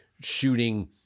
shooting